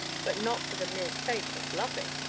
but not for the mere sake of loving.